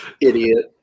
Idiot